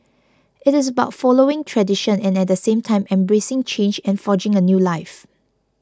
it is about following tradition and at the same time embracing change and forging a new life